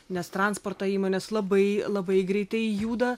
nes transporto įmonės labai labai greitai juda